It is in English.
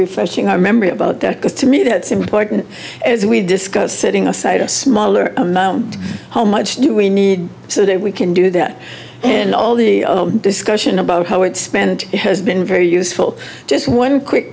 refreshingly remember about that because to me that's important as we discussed setting aside a smaller amount how much do we need so that we can do that and all the discussion about how it's spent has been very useful just one quick